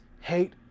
hate